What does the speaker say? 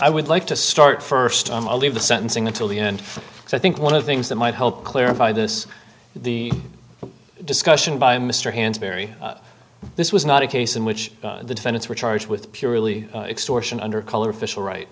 i would like to start first i'll leave the sentencing until the end so i think one of the things that might help clarify this the discussion by mr hansberry this was not a case in which the defendants were charged with purely extortion under color fishel right